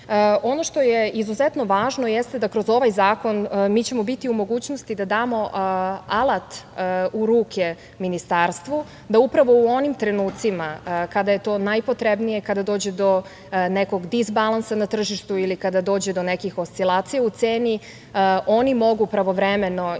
Ono što je izuzetno važno jeste da kroz ovaj zakon mi ćemo biti u mogućnosti da damo alat u ruke Ministarstvu, da upravo u onim trenucima kada je to najpotrebnije, kada dođe do nekog disbalansa na tržištu ili kada dođe do nekih oscilacija u ceni, oni mogu pravovremeno i na